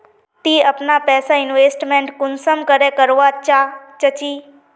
ती अपना पैसा इन्वेस्टमेंट कुंसम करे करवा चाँ चची?